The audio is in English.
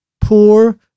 poor